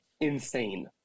insane